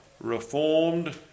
Reformed